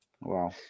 Wow